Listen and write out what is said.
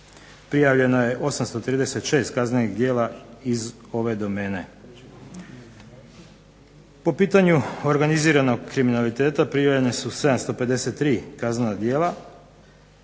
Prijavljeno je 836 kaznenih djela iz ove domene. Po pitanju organiziranog kriminaliteta prijavljene su 753 kaznena djela,